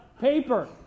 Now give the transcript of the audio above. Paper